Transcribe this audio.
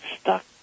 stuck